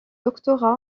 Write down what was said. doctorat